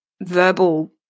verbal